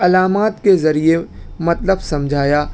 علامات کے ذریعے مطلب سمجھایا